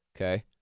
Okay